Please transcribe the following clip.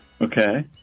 Okay